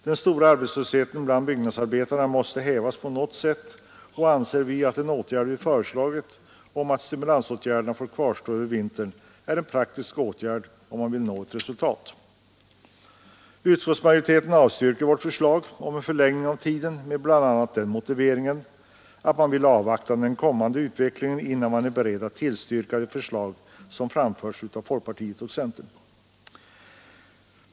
Den stora arbetslösheten bland byggnadsarbetarna måste hävas på något sätt, och vi anser att den åtgärd vi föreslagit, nämligen att stimulansåtgärderna får kvarstå över vintern, är en praktisk åtgärd om man vill nå ett resultat. Utskottsmajoriteten avstyrker vårt förslag om en förlängning av tiden med bl.a. den motiveringen att man vill avvakta den kommande utvecklingen, innan man är beredd att tillstyrka det förslag som framförts av folkpartiet och centern.